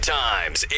times